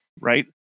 right